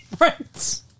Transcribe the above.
right